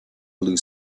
blue